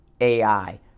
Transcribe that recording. ai